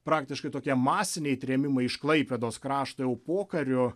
praktiškai tokie masiniai trėmimai iš klaipėdos krašto jau pokariu